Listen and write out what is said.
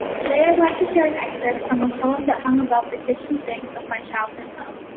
today i'd like to share an excerpt from a poem that hung above the kitchen sink of my childhood home.